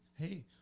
hey